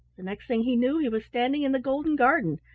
the next thing he knew he was standing in the golden garden,